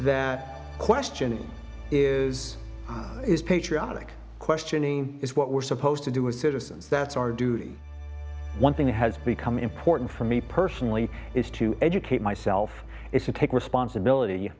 that questioning is is patriotic questioning is what we're supposed to do as citizens that's our duty one thing that has become important for me personally is to educate myself if you take responsibility